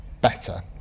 better